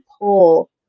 pull